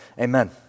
Amen